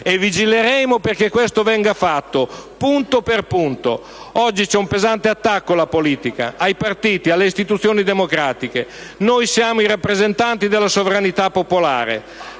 e vigileremo perché ciò venga fatto, punto per punto. Oggi c'è un pesante attacco alla politica, ai partiti, alle istituzioni democratiche. Noi siamo i rappresentanti della sovranità popolare: